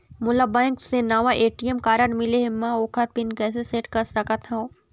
मोला बैंक से नावा ए.टी.एम कारड मिले हे, म ओकर पिन कैसे सेट कर सकत हव?